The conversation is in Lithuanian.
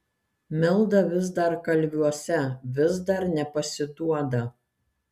milda vis dar kalviuose vis dar nepasiduoda